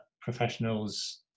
professionals